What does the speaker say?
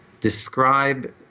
describe